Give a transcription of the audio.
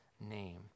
name